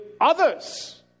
others